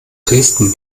dresden